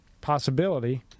possibility